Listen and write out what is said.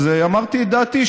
אז אמרתי את דעתי,